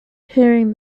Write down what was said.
hearing